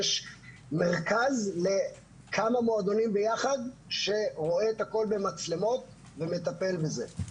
יש מרכז לכמה מועדונים ביחד שרואה את הכול במצלמות ומטפל בזה.